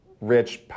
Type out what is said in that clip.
rich